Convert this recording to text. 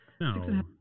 No